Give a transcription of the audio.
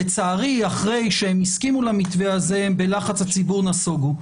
לצערי אחרי שהם הסכימו למתווה הזה אז בלחץ הציבור הם נסוגו.